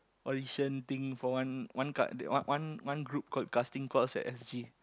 audition for one card one one group called casting calls at s_g